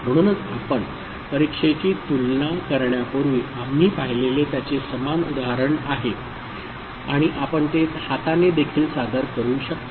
म्हणूनच आपण परीक्षेची तुलना करण्यापूर्वी आम्ही पाहिलेले त्याचे समान उदाहरण आहे आणि आपण ते हाताने देखील सादर करू शकता